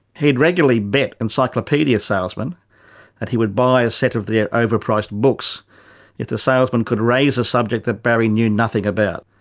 he would regularly bet encyclopaedia salesmen that he would buy a set of their overpriced books if the salesman could raise a subject that barry knew nothing about.